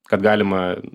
kad galima